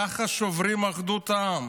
ככה שוברים את אחדות העם.